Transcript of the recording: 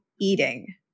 eating